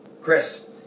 Chris